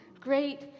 Great